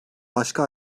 başka